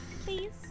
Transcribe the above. please